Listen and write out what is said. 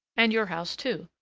and your house too.